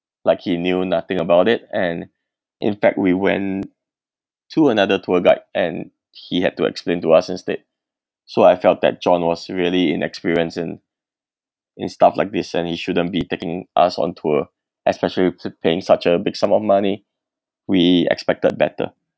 like he knew nothing about it and in fact we went to another tour guide and he had to explain to us instead so I felt that john was really inexperience in in stuff like this and he shouldn't be taking us on tour especially we paying such a big sum of money we expected better